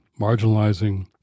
marginalizing